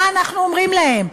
מה אנחנו אומרים להם?